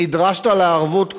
20. נדרשת לערבות כלשהי?